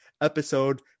episode